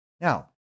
Now